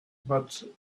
but